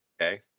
Okay